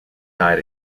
died